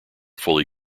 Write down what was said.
fully